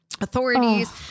authorities